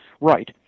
right